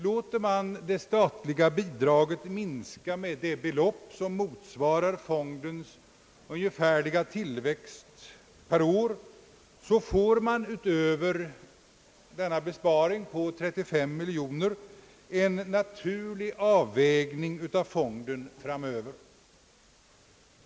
Om man minskar det statliga bidraget med det belopp, som motsvarar fondens ungefärliga tillväxt per år, får man utöver besparingen på 35 miljoner kronor en naturlig avvägning av fonden framöver.